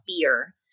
beer